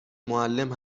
معلم